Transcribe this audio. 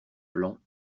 blancs